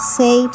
say